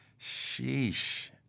sheesh